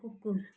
कुकुर